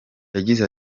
yagize